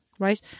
Right